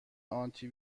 آنتی